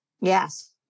Yes